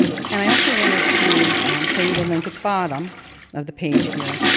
um and i also wanted to show you the link at the bottom of the page here.